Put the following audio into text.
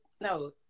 no